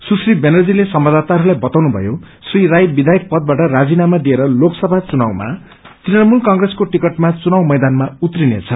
सुश्री व्यानर्जीले संवाददाताहस्लाई बताउनुषयो श्री राई वियायक पदबाट राजीनामा दिएर लोकसभा चुनावमा तृणमूल कंग्रेसको टिकटमा चुनाव मैदानमा उत्रिने छन्